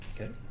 Okay